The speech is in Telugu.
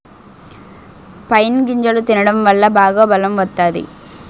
పైన్ గింజలు తినడం వల్ల బాగా బలం వత్తాది